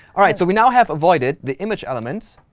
all right. so we now have avoided the image element.